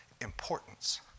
importance